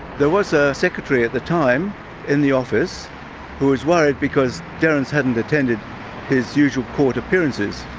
there was a secretary at the time in the office who was worried because derrance hadn't attended his usual court appearances,